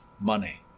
Money